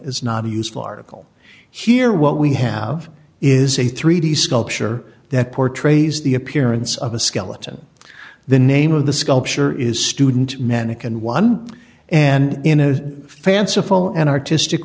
is not a useful article here what we have is a three d sculpture that portrays the appearance of a skeleton the name of the sculpture is student manic and one and in a fanciful and artistic